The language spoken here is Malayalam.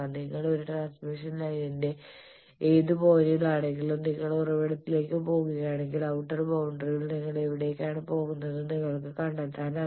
നിങ്ങൾ ഒരു ട്രാൻസ്മിഷൻ ലൈനിലെ ഏത് പോയിന്റിൽ ആണെങ്കിലും നിങ്ങൾ ഉറവിടത്തിലേക്ക് പോകുകയാണെങ്കിൽ ഔട്ടർ ബൌണ്ടറിയിൽ നിങ്ങൾ എവിടേക്കാണ് പോകുന്നതെന്ന് നിങ്ങൾക്ക് കണ്ടെത്താനാകും